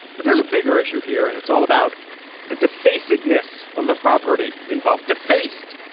but there's a bigger issue here, and it's all about the defaces ness of the property involved, defaced.